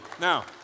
Now